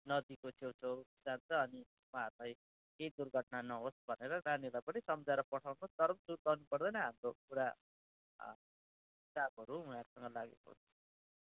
नदीको छेउछेउ जान्छ अनि उहाँहरूलाई केही दुर्घटना नहोस् भनेर नानीहरूलाई पनि सम्झाएर पठाउनुहोस् तर पनि सुर्ताउनु पर्दैन हाम्रो पुरा स्टाफहरू उनीहरूसँग लागेको हुन्छ